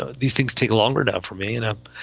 ah these things take longer time for me and up,